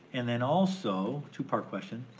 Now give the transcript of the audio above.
and then also, two part question,